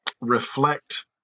reflect